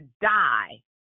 die